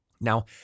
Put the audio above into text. Now